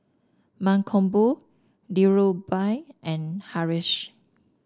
Mankombu Dhirubhai and Haresh